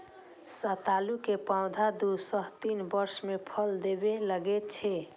सतालू के पौधा दू सं तीन वर्ष मे फल देबय लागै छै